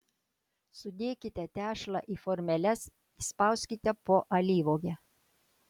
sudėkite tešlą į formeles įspauskite po alyvuogę